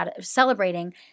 celebrating